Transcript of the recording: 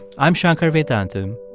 i'm shankar vedantam,